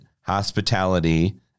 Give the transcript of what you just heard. hospitality